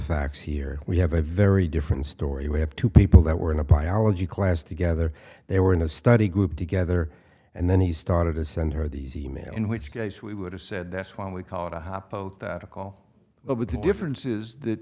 facts here we have a very different story we have two people that were in a biology class together they were in a study group together and then he started to send her these e mails in which case we would have said that's fine we call it a happy note that a call but with the difference is that